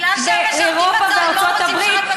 באירופה ובארצות הברית,